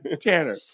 Tanner